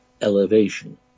elevation